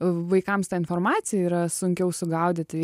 vaikams tą informaciją yra sunkiau sugaudyt